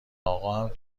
آقا